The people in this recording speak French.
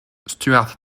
stuart